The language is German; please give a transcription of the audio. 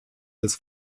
des